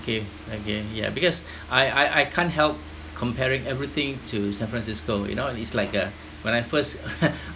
okay okay yeah because I I I can't help comparing everything to san francisco you know it's like uh when I first